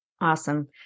Awesome